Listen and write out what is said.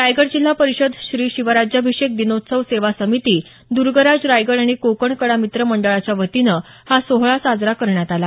रायगड जिल्हा परिषद श्री शिवराज्याभिषेक दिनोत्सव सेवा समिती दर्गराज रायगड आणि कोकण कडा मित्र मंडळाच्या वतीनं हा सोहळा साजरा करण्यात आला